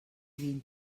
vint